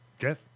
Jeff